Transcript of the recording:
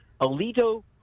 Alito